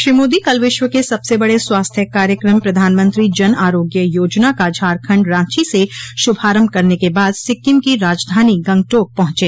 श्री मोदी कल विश्व के सबसे बड़े स्वास्थ्य कार्यक्रम प्रधानमंत्री जन आरोग्य योजना का झारखंड रांची से श्रभारम्भ करने के बाद सिक्किम की राजधानी गंगटोक पहुंचे